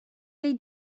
they